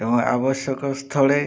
ତେଣୁ ଆବଶ୍ୟକ ସ୍ଥଳେ